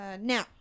now